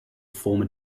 former